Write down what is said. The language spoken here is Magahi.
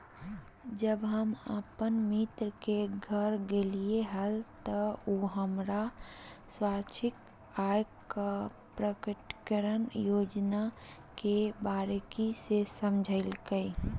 जब हम अपन मित्र के घर गेलिये हल, त उ हमरा स्वैच्छिक आय प्रकटिकरण योजना के बारीकि से समझयलकय